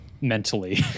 mentally